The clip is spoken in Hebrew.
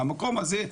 מהמקום הזה,